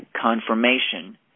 confirmation